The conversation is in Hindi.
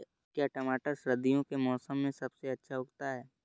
क्या टमाटर सर्दियों के मौसम में सबसे अच्छा उगता है?